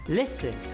listen